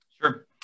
Sure